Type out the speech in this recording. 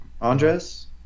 andres